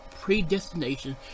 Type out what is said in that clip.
predestination